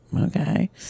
Okay